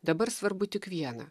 dabar svarbu tik viena